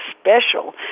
special